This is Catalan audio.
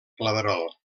claverol